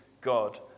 God